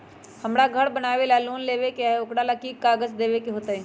हमरा घर बनाबे ला लोन लेबे के है, ओकरा ला कि कि काग़ज देबे के होयत?